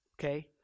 okay